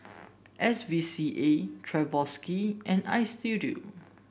S V C A Swarovski and Istudio